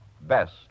best